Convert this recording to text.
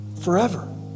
forever